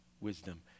wisdom